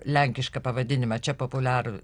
lenkišką pavadinimą čia populiarų